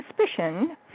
suspicion